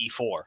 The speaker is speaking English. e4